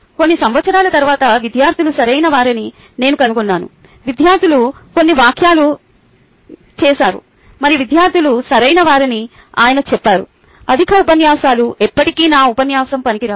కొన్ని సంవత్సరాల తరువాత విద్యార్థులు సరైనవారని నేను కనుగొన్నాను విద్యార్థులు కొన్ని వ్యాఖ్యలు చేసారు మరియు విద్యార్థులు సరైనవారని ఆయన చెప్పారు అధిక ఉపన్యాసాలు ఉన్నప్పటికీ నా ఉపన్యాసం పనికిరాదు